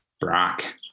Brock